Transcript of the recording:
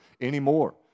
anymore